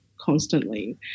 constantly